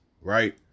right